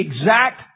exact